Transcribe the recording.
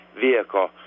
vehicle